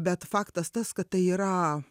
bet faktas tas kad tai yra